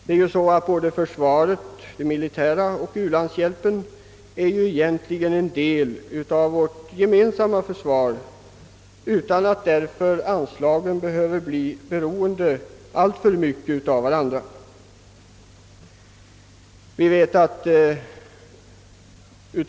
Såväl det militära försvaret som u-landshjälpen är egentligen en del av vårt gemensamma försvar utan att anslagen därför behöver bli alltför beroende av varandra.